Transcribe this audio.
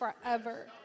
forever